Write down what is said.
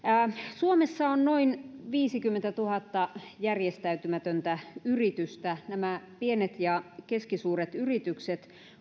suomessa on noin viisikymmentätuhatta järjestäytymätöntä yritystä nämä pienet ja keskisuuret yritykset